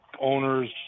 owners